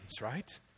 right